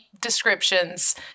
descriptions